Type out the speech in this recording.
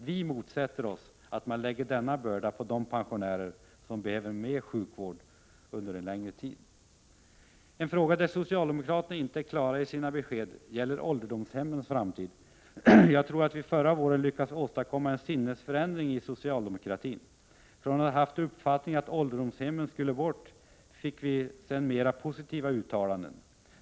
Vi motsätter oss att man lägger denna börda på de pensionärer som behöver mycket sjukvård under en längre tid. En annan fråga där socialdemokraterna inte är klara i sina besked är den som gäller ålderdomshemmens framtid. Jag tror att vi förra våren lyckades åstadkomma en sinnesförändring i socialdemokratin. Socialdemokraterna hade till att börja med uppfattningen att ålderdomshemmen skulle bort, men sedan fick vi mer positiva uttalanden.